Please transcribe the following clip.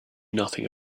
nothing